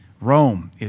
Rome